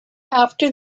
after